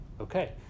okay